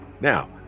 now